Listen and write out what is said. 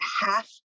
half